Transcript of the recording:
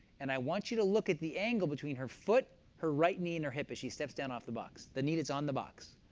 and i want you look at the angle between her foot, her right knee, and her hip as she steps down off the box, the knee that's on the box.